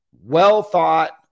well-thought